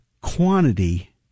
quantity